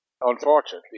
Unfortunately